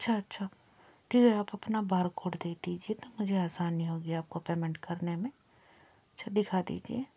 अच्छा अच्छा ठीक है आप अपना बारकोड दे दीजिए तो मुझे आसानी होगी आप को पेमेंट करने में अच्छा दिखा दीजिए